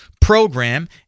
program